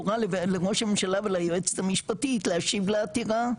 הורה לראש הממשלה וליועצת המשפטית להשיב לעתירה,